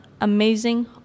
amazing